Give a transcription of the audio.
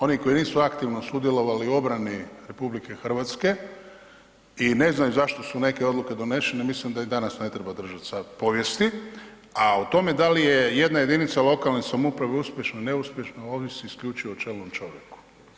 Oni koji nisu aktivno sudjelovali u obrani RH i ne znaju zašto su neke odluke donešene mislim da im danas ne treba održati sat povijesti, a o tome da li je jedna jedinica lokalne samouprave uspješna, neuspješna ovisi isključivo o čelnom čovjeku.